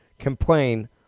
complain